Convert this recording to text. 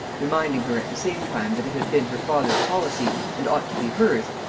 reminding her at the same time that it had been her father's policy, and ought to be hers,